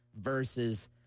versus